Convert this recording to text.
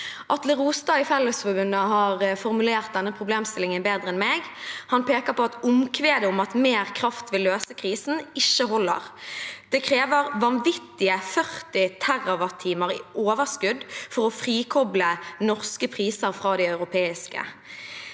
Atle Rostad i Fellesforbundet har formulert denne problemstillingen bedre enn meg. Han peker på at omkvedet om at mer kraft vil løse krisen, ikke holder: «Det krever vanvittige 40 TWh i overskudd for å frikoble norske priser fra de europeiske.»